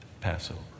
Passover